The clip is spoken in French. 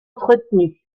entretenus